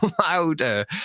louder